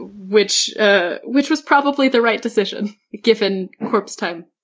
which ah which was probably the right decision given corpse time.